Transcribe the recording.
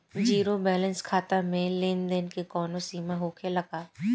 Zero balance खाता में लेन देन के कवनो सीमा होखे ला का?